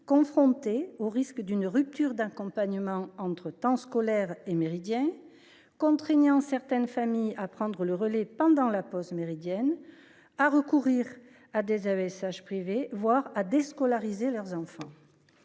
confrontés au risque d’une rupture d’accompagnement entre temps scolaire et temps méridien, ce qui a contraint certaines familles à prendre le relais pendant la pause méridienne, à recourir à des AESH privés, voire à déscolariser leurs enfants.